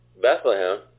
Bethlehem